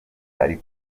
ari